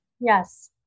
Yes